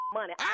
money